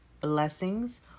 blessings